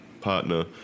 partner